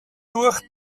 durch